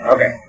Okay